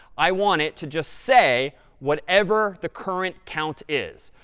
i want it to just say whatever the current count is.